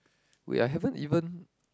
wait I haven't even